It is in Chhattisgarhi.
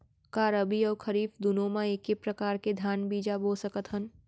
का रबि अऊ खरीफ दूनो मा एक्के प्रकार के धान बीजा बो सकत हन?